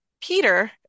peter